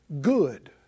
good